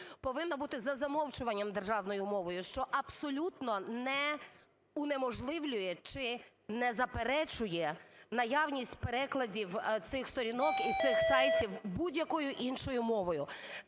повинна бути за замовчуванням державною мовою, що абсолютно не унеможливлює чи не заперечує наявність перекладів цих сторінок і цих сайтів будь-якою іншою мовою.